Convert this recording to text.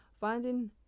Finding